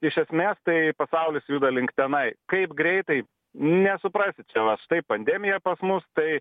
iš esmės tai pasaulis juda link tenai kaip greitai nesuprasi čia vat štai pandemija pas mus tai